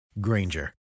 Granger